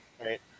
right